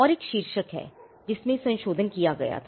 और एक शीर्षक है जिसमें संशोधन किया गया था